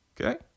Okay